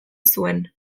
zuen